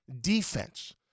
defense